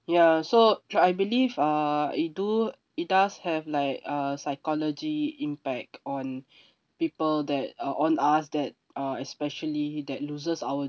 ya so I believe uh it do it does have like uh psychology impact on people that uh on us that uh especially that loses our